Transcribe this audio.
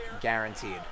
guaranteed